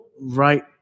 right